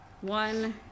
One